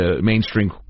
mainstream